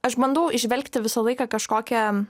aš bandau įžvelgti visą laiką kažkokią